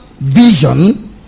vision